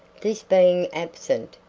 this being absent,